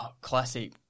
classic